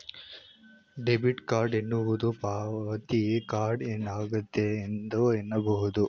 debit card ಎನ್ನುವುದು ಪಾವತಿ card ಆಗೈತೆ ಎಂದು ಹೇಳಬಹುದು